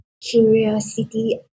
curiosity